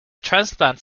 transplant